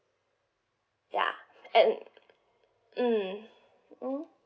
ya at mm mm